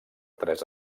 tres